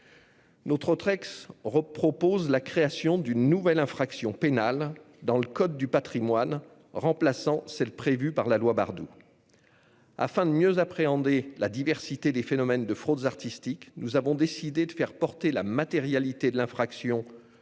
Notre texte propose la création d'une nouvelle infraction pénale dans le code du patrimoine, destinée à remplacer celle qui est prévue par la loi Bardoux. Afin de mieux appréhender la diversité des phénomènes de fraudes artistiques, nous avons décidé de faire porter la matérialité de l'infraction non plus